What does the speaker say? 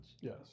Yes